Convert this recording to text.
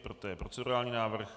Toto je procedurální návrh.